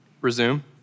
Resume